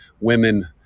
women